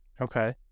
Okay